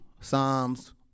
Psalms